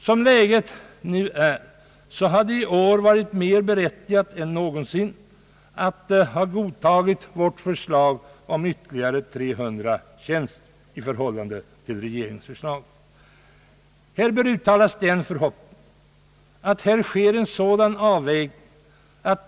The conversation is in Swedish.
Som läget nu är hade det i år varit mer berättigat än någonsin att vårt förslag om ytterligare 300 tjänster godtagits. Här bör uttalas den förhoppningen att det sker en bättre avvägning.